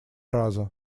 раза